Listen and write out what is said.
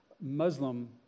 Muslim